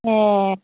ए